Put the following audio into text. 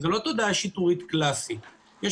בנוסף להעברת הנחיות.